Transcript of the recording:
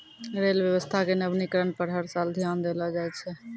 rail व्यवस्था के नवीनीकरण पर हर साल ध्यान देलो जाय छै